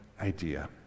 idea